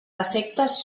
efectes